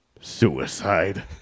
Suicide